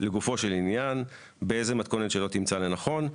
לגופו של עניין, באיזה מתכונת שלא תמצא לנכון,